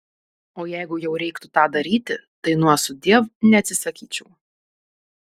o jeigu jau reiktų tą daryti tai nuo sudiev neatsisakyčiau